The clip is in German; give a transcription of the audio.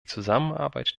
zusammenarbeit